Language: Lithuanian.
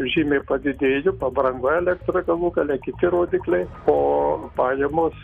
žymiai padidėjo pabrango elektra galų gale kiti rodikliai o pajamos